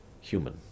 human